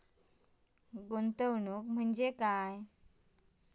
गुंतवणूक म्हटल्या काय?